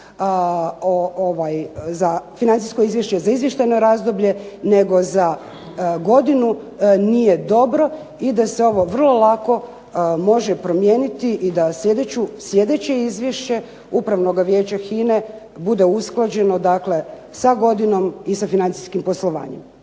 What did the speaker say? financijsko izvješće za izvještajno razdoblje, nego za godinu nije dobro, i da se ovo vrlo lako može promijeniti i da sljedeće izvješće Upravnoga vijeća HINA-e bude usklađeno dakle sa godinom i sa financijskim poslovanjem.